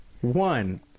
one